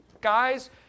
guys